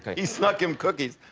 he snuck him cookies!